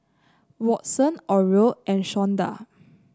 Watson Oral and Shawnda